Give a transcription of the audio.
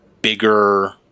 bigger